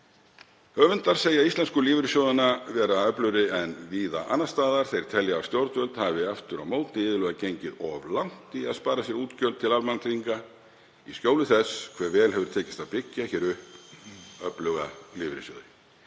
Höfundar segja íslensku lífeyrissjóðina vera öflugri en víða annars staðar. Þeir telja að stjórnvöld hafi aftur á móti iðulega gengið of langt í að spara sér útgjöld til almannatrygginga í skjóli þess hve vel hefur tekist að byggja hér upp öfluga lífeyrissjóði.